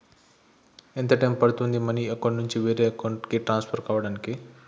ఎంత టైం పడుతుంది money account నుంచి వేరే అకౌంట్ కి ట్రాన్స్ఫర్ కావటానికి?